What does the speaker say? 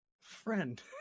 Friend